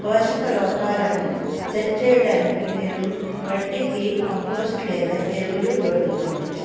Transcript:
పోషక లోపాలను సరిచేయడానికి మీరు మట్టికి కంపోస్ట్ లేదా ఎరువులు జోడించవచ్చు